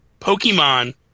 Pokemon